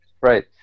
Right